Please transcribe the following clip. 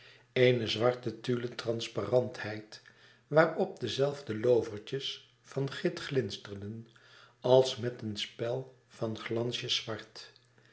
eene zwarte tulle transparentheid waarop dezelfde loovertjes van git glinsterden als met een spel van glansjes zwart